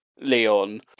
Leon